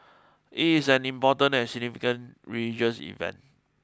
it is an important and significant religious event